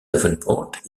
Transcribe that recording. davenport